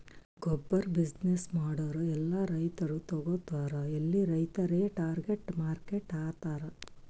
ಗೊಬ್ಬುರ್ ಬಿಸಿನ್ನೆಸ್ ಮಾಡೂರ್ ಎಲ್ಲಾ ರೈತರು ತಗೋತಾರ್ ಎಲ್ಲಿ ರೈತುರೇ ಟಾರ್ಗೆಟ್ ಮಾರ್ಕೆಟ್ ಆತರ್